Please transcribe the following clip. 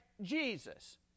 Jesus